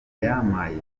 yampaye